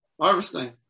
harvesting